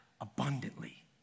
abundantly